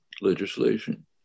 legislation